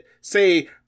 say